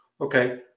Okay